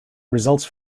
results